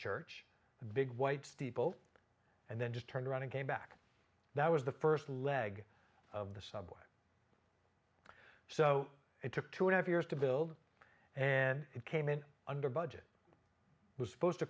church a big white steeple and then just turned around and came back that was the first leg of the subway so it took two and half years to build and it came in under budget it was supposed to